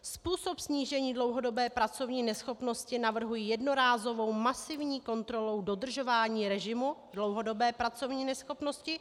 Jako způsob snížení dlouhodobé pracovní neschopnosti navrhují jednorázovou masivní kontrolu dodržování režimu dlouhodobé pracovní neschopnosti.